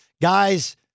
guys